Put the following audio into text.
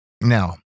Now